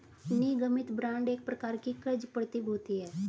निगमित बांड एक प्रकार की क़र्ज़ प्रतिभूति है